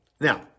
Now